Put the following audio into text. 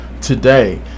today